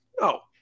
No